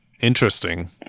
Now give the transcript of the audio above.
interesting